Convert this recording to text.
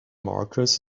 marcus